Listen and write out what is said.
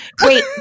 Wait